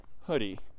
hoodie